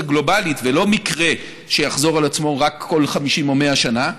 הגלובלית ולא מקרה שיחזור על עצמו רק כל 50 או 100 שנה,